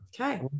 Okay